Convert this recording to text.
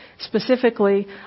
Specifically